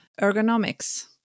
ergonomics